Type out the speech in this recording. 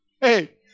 hey